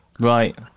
Right